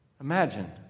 Imagine